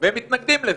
והם מתנגדים לזה.